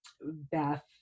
Beth